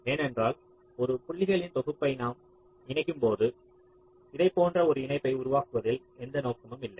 ஏனென்றால் ஒரு புள்ளிகளின் தொகுப்பை நான் இணைக்கும்போது இதைப்போன்ற ஒரு இணைப்பை உருவாக்குவதில் எந்த நோக்கமும் இல்லை